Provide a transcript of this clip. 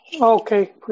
Okay